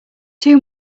two